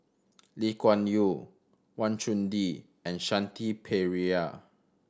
Lee Kuan Yew Wang Chunde and Shanti Pereira